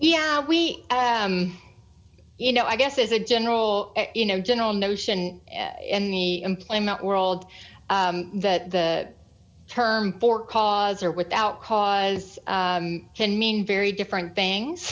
yeah we you know i guess as a general you know general notion in the employment world that the term for cause or without cause can mean very different things